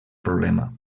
problema